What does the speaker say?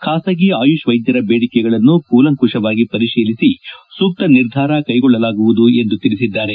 ಖಾಸಗಿ ಆಯುಷ್ ವೈದ್ಯರ ಬೇಡಿಕೆಗಳನ್ನು ಕೂಲಂಕುಷವಾಗಿ ಪರಿತೀಲಿಸಿ ಸೂಕ್ಷ ನಿರ್ಧಾರ ಕೈಗೊಳ್ಳಲಾಗುವುದು ಎಂದು ತಿಳಿಸಿದ್ದಾರೆ